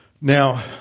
Now